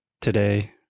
Today